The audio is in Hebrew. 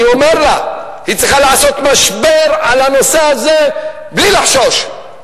היא צריכה לעשות משבר על הנושא הזה בלי לחשוש.